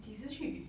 你及时去